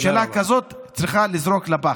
ממשלה כזאת צריך לזרוק לפח.